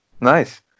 nice